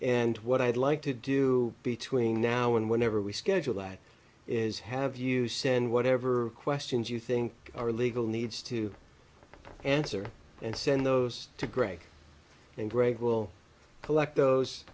and what i'd like to do between now and whenever we schedule that is have you send whatever questions you think are legal needs to answer and send those to greg and greg we'll collect those